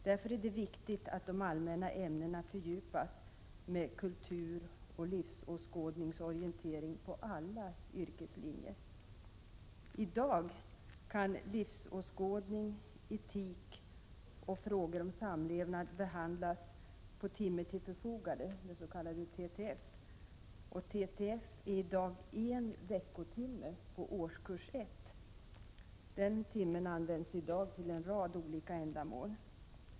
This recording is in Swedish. Därför är det viktigt att de allmänna ämnena fördjupas med kulturoch livsåskådningsorientering på alla yrkeslinjer. I dag kan livsåskådning, etik och frågor om samlevnad behandlas på timme till förfogande, s.k. TTF. TTF innebär i dag en veckotimme i årskurs 1. Den timmen används i dag till en rad olika ändamål.